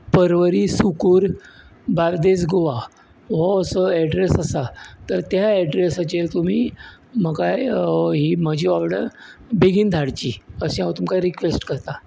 परवरी सुकूर बार्देस गोवा हो असो एड्रेस आसा तर त्या एड्रेसाचेर तुमी म्हाका ही म्हजी ऑर्डर बेगीन धाडची अशें हांव तुमकां रिक्वेस्ट करतां